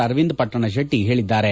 ಅರವಿಂದ ಪಟ್ಟಣಶೆಟ್ಟಿ ಹೇಳಿದ್ದಾರೆ